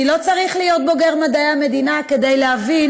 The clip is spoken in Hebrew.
כי לא צריך להיות בוגר מדעי המדינה כדי להבין